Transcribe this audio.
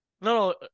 no